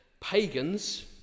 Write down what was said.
pagans